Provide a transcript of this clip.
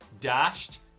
dashed